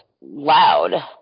loud